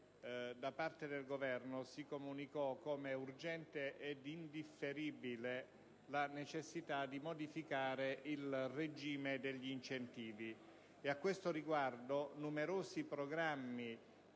da parte del Governo si comunicò come urgente ed indifferibile la necessità di modificare il regime degli incentivi. A questo riguardo, numerosi programmi